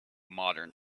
modern